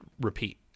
repeat